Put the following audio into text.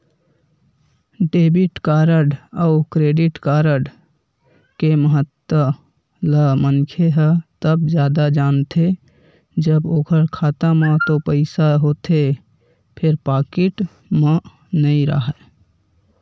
debit card अउ credit card के महत्ता ल मनखे ह तब जादा जानथे जब ओखर खाता म तो पइसा होथे फेर पाकिट म नइ राहय